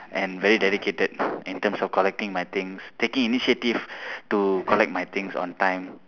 and very dedicated in terms of collecting my things taking initiative to collect my things on time